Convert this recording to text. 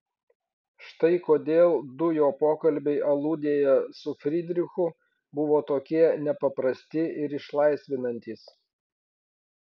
štai kodėl du jo pokalbiai aludėje su frydrichu buvo tokie nepaprasti ir išlaisvinantys